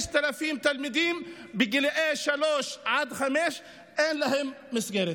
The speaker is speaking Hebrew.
ל-5,000 תלמידים בגילי שלוש עד חמש אין מסגרת.